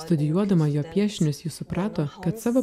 studijuodama jo piešinius ji suprato kad savo